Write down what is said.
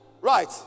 Right